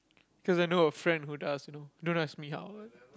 cause I know a friend who does you know don't ask me how